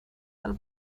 del